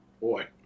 boy